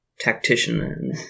Tactician